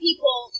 People